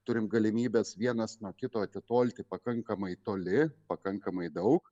turim galimybes vienas nuo kito atitolti pakankamai toli pakankamai daug